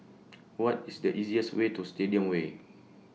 What IS The easiest Way to Stadium Way